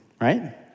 right